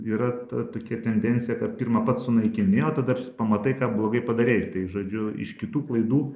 yra ta tokia tendencija kad pirma pats sunaikini o tada pamatai ką blogai padarei tai žodžiu iš kitų klaidų